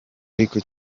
ariko